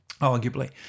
arguably